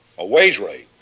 a wage rate